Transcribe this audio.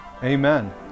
Amen